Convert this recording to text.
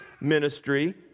ministry